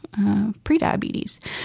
prediabetes